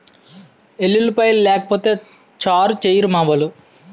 ఎల్లుల్లిపాయలు లేకపోతే సారేసెయ్యిరు మావోలు